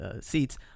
seats